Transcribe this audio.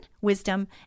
wisdom